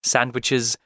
Sandwiches